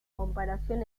comparación